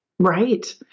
Right